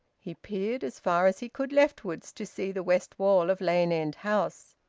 he peered as far as he could leftwards, to see the west wall of lane end house.